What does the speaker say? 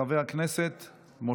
חבר הכנסת דוד ביטן,